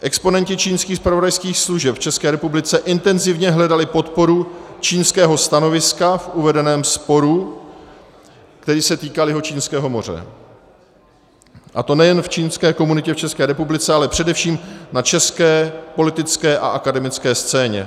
Exponenti čínských zpravodajských služeb v České republice intenzivně hledali podporu čínského stanoviska v uvedeném sporu, který se týkal Jihočínského moře, a to nejen v čínské komunitě v České republice, ale především na české politické a akademické scéně.